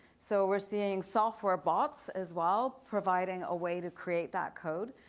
so we're seeing software bots as well providing a way to create that code,